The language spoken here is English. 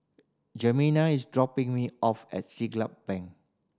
Jemima is dropping me off at Siglap Bank